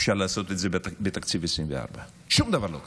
אפשר לעשות את זה בתקציב 2024. שום דבר לא קרה.